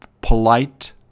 polite